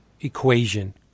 equation